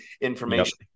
information